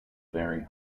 very